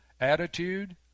attitude